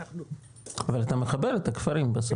אבל אתה מחבר את הכפרים בסוף?